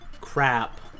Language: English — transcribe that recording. Crap